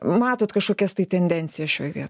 matot kažkokias tai tendencijas šioj vietoj